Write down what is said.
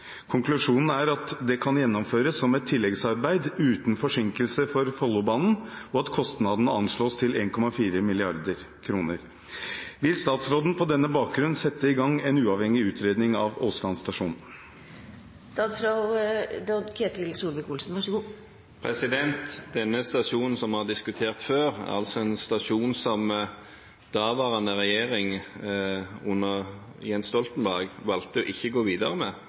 Konklusjonen er at det kan gjennomføres som et tilleggsarbeid uten forsinkelse for Follobanen og at kostnadene anslås til 1,4 mrd. kr. Vil statsråden på denne bakgrunn sette i gang en uavhengig utredning av Åsland stasjon?» Denne stasjonen, som vi har diskutert før, er en stasjon som den daværende regjering, under Jens Stoltenbergs ledelse, valgte ikke å gå videre med